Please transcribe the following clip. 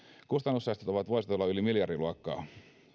kustannussäästöt ovat vuositasolla yli miljardiluokkaa